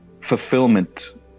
fulfillment